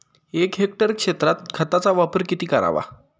एक हेक्टर क्षेत्रात खताचा वापर किती करावा?